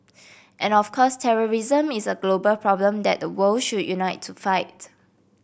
and of course terrorism is a global problem that the world should unite to fight